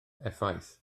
effaith